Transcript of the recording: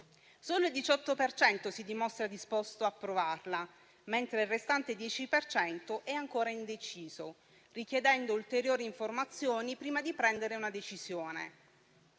Solo il 18 per cento si dimostra disposto a provarla, mentre il restante 10 per cento è ancora indeciso, richiedendo ulteriori informazioni prima di assumere una decisione.